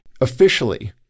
Officially